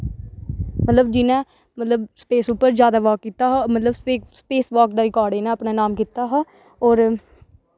मतलब जियां मतलब स्पेस उप्पर जादै बाक कीता हा मतलब स्पेस वाक दा रकार्ड इं'नें अपने नाम कीता हा होर